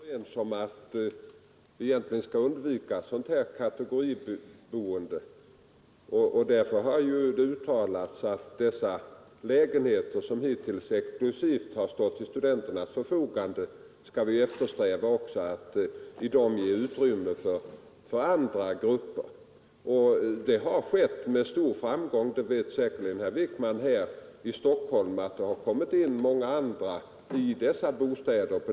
Herr talman! Vi har varit överens om att söka undvika ett kategoriboende. Därför har det uttalats att man skall eftersträva att en del av de lägenheter, som hittills exklusivt har stått till studenternas förfogande, skall kunna disponeras även av andra grupper. Det har skett med viss framgång. Herr Wijkman vet säkert att det här i Stockholm har kommit in många andra hyresgäster i dessa bostäder.